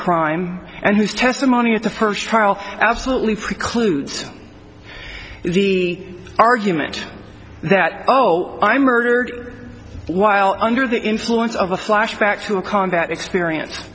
crime and whose testimony at the first trial absolutely precludes the argument that oh i murdered while under the influence of a flashback to a combat experience